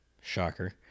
shocker